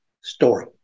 story